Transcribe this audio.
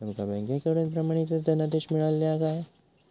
तुमका बँकेकडून प्रमाणितच धनादेश मिळाल्ले काय?